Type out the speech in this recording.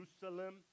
Jerusalem